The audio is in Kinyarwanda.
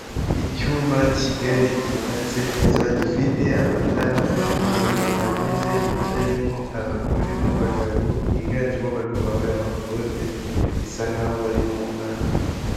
Icyumba kigari gitatse neza gifite amatara afite urumuri ruhagije hicayemo abagore n'abagabo higanjemo abagabo bambaye amakote bisa nkaho bari mu nama.